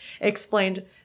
explained